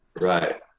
right